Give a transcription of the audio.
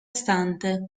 stante